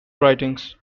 writings